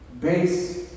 base